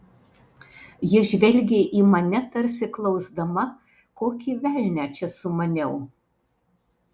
ji žvelgė į mane tarsi klausdama kokį velnią čia sumaniau